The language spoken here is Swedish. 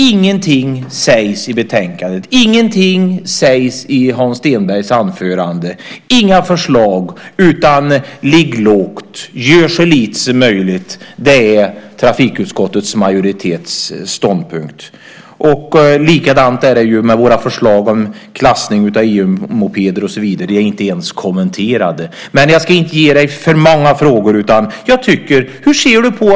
Ingenting sägs om detta i betänkandet. Ingenting sägs i Hans Stenbergs anförande. Det finns inga förslag, utan det gäller att ligga lågt och göra så lite som möjligt. Det är majoritetens ståndpunkt i trafikutskottet. Detsamma gäller våra förslag om klassning av EU-mopeder med mera. De är inte ens kommenterade. Jag ska dock inte ge dig alltför många frågor, utan bara fråga hur du ser på detta.